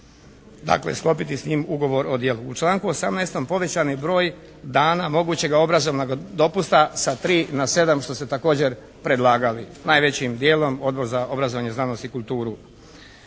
Dakle sklopiti s njim ugovor o djelu. U članku 18. povećani broj dana mogućega obrazovnog dopusta sa 3 na 7 što ste također predlagali. Najvećim dijelom Odbor za obrazovanje, znanost i kulturu.